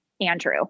Andrew